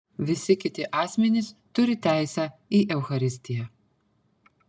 visi kiti asmenys turi teisę į eucharistiją